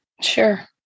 Sure